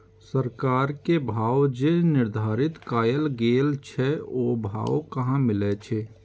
सरकार के भाव जे निर्धारित कायल गेल छै ओ भाव कहाँ मिले छै?